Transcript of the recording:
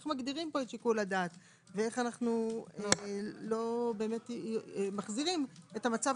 איך מגדירים את שיקול הדעת ואיך אנו לא מחזירים את המצב